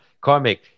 Karmic